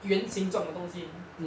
圆形状的东西